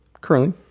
Currently